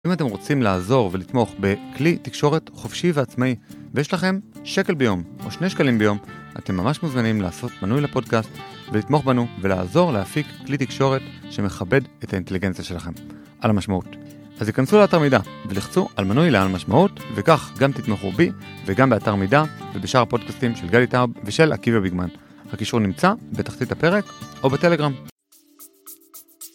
ואם אתם רוצים לעזור ולתמוך בכלי תקשורת חופשי ועצמאי ויש לכם שקל ביום או שני שקלים ביום, אתם ממש מוזמנים לעשות מנוי לפודקאסט ולתמוך בנו ולעזור להפיק כלי תקשורת שמכבד את האינטליגנציה שלכם על המשמעות. אז היכנסו לאתר "מידה" ולחצו על מנוי לעל המשמעות, וכך גם תתמכו בי וגם באתר "מידה" ובשאר הפודקאסטים של גדי טאוב ושל עקיבא ביגמן. הקישור נמצא בתחתית הפרק או בטלגרם.